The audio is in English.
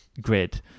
grid